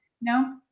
No